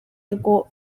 rwo